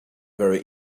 very